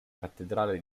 cattedrale